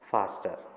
Faster